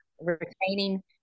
retaining